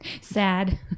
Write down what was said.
Sad